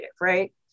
right